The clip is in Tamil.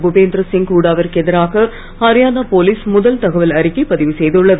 புபேந்திர் சிங் ஹுடாவிற்கு எதிராக ஹரியானா போலீஸ் முதல் தகவல் அறிக்கை பதிவு செய்துள்ளது